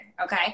okay